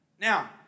Now